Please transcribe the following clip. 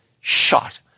shot